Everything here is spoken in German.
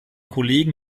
kollegen